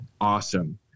awesome